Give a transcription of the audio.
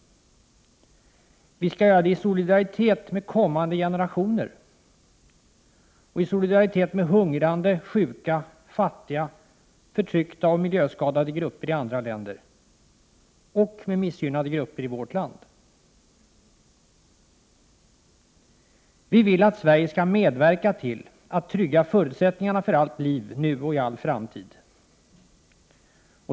Vi skall göra det i solidaritet med kommande generationer, med hungrande, sjuka, fattiga, förtryckta och miljöskadade grupper i andra länder samt med missgynnade grupper i vårt land. Vi vill att Sverige skall medverka till att trygga förutsättningarna för allt liv nu och i all framtid.